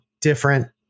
different